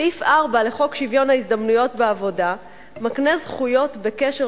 סעיף 4 לחוק שוויון ההזדמנויות בעבודה מקנה זכויות בקשר